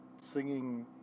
singing